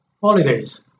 holidays